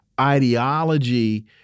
ideology